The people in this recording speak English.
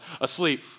asleep